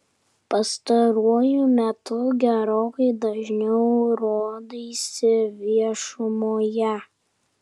pastaruoju metu gerokai dažniau rodaisi viešumoje